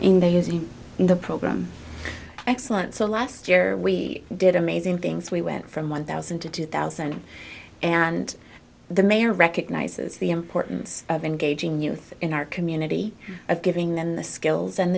in the program excellent so last year we did amazing things we went from one thousand to two thousand and the mayor recognizes the importance of engaging youth in our community and giving them the skills and